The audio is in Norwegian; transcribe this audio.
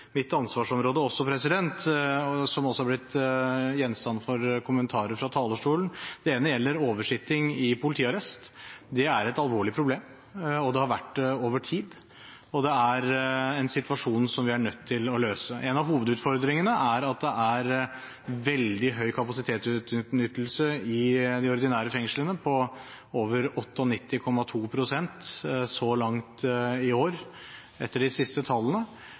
mitt ansvarsområde, og som også er blitt gjenstand for kommentarer fra talerstolen. Det ene gjelder oversitting i politiarrest. Det er et alvorlig problem, og det har vært det over tid. Det er en situasjon som vi er nødt til å løse. En av hovedutfordringene er at det er veldig høy kapasitetsutnyttelse i de ordinære fengslene, på over 98,2 pst. så langt i år, etter de siste tallene.